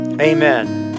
Amen